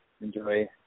enjoy